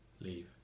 Leave